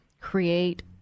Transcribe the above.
create